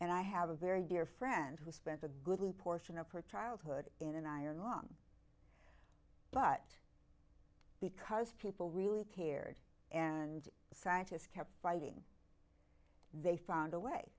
and i have a very dear friend who spent a goodly portion of her childhood in an iron lung but because people really cared and the scientists kept fighting they found a way